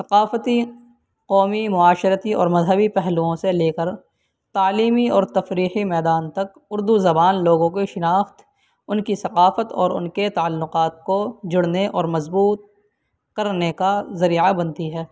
ثقافتی قومی معاشرتی اور مذہبی پہلوؤں سے لے کر تعلیمی اور تفریحی میدان تک اردو زبان لوگوں کے شناخت ان کی ثقافت اور ان کے تعلقات کو جڑنے اور مضبوط کرنے کا ذریعہ بنتی ہے